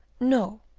no,